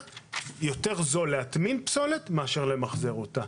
זול להטמין פסולת מאשר למחזר אותה.